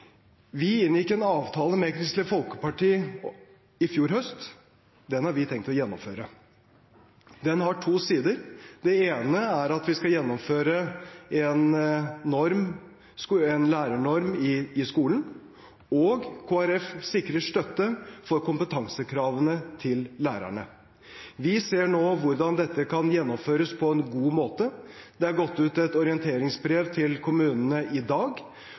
Vi inngikk en avtale med Kristelig Folkeparti i fjor høst. Den har vi tenkt å gjennomføre. Den har to sider. Det ene er at vi skal gjennomføre en lærernorm i skolen, og Kristelig Folkeparti sikrer støtte for kompetansekravene til lærerne. Vi ser nå på hvordan dette kan gjennomføres på en god måte. Det har gått ut et orienteringsbrev til kommunene i dag,